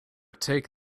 take